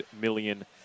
million